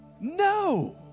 no